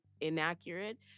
inaccurate